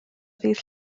ddydd